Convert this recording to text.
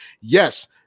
yes